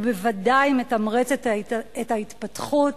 ובוודאי מתמרצת את ההתפתחות